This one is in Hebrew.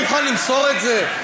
מוכן למסור את זה?